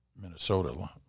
Minnesota